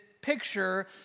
picture